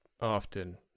often